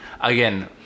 Again